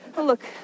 Look